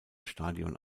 stadion